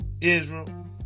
israel